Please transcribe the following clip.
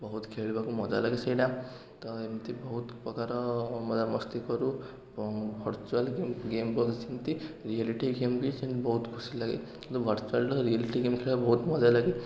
ବହୁତ ଖେଳିବାକୁ ମଜା ଲାଗେ ସେଇଟା ତ ଏମିତି ବହୁତ ପ୍ରକାର ମଜା ମସ୍ତି କରୁ ଭରଚୁଆଲ୍ ଗେମ୍ ଗେମ୍ ମଧ୍ୟ ସେମିତି ରିଆଲିଟି ଗେମ୍ ବି ସେମିତି ବହୁତ ଖୁସି ଲାଗେ କିନ୍ତୁ ଭରଚୁଆଲ ଠୁ ରିଆଲିଟି ଗେମ୍ ଖେଳିବାକୁ ବହୁତ ମଜା ଲାଗେ